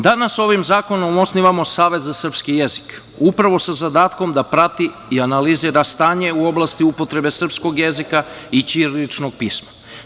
Danas ovim zakonom osnivamo Savet za srpski jezik, upravo sa zadatkom da prati i analizira stanje u oblasti upotrebe srpskog jezika i ćiriličnog pisma.